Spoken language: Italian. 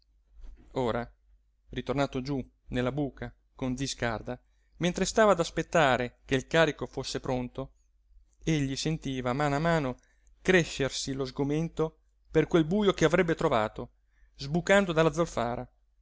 inseguito ora ritornato giú nella buca con zi scarda mentre stava ad aspettare che il carico fosse pronto egli sentiva a mano a mano crescersi lo sgomento per quel bujo che avrebbe trovato sbucando dalla zolfara